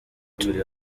turi